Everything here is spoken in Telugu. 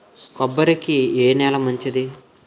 కొబ్బరి కి ఏ నేల మంచిది?